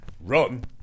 run